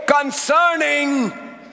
concerning